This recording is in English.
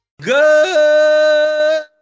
Good